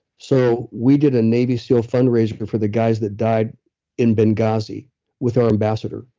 so, we did a navy seal fundraiser for the guys that died in benghazi with our ambassador.